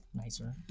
nicer